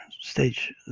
stage